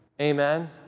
Amen